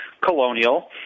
colonial